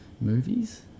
movies